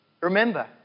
remember